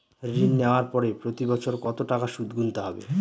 ঋণ নেওয়ার পরে প্রতি বছর কত টাকা সুদ গুনতে হবে?